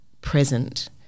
present